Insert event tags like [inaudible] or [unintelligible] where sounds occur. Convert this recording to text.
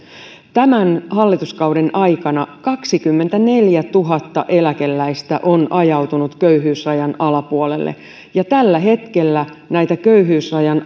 tämän hallituskauden aikana kaksikymmentäneljätuhatta eläkeläistä on ajautunut köyhyysrajan alapuolelle ja tällä hetkellä näitä köyhyysrajan [unintelligible]